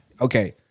okay